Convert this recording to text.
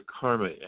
karma